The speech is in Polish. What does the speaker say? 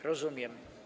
Rozumiem.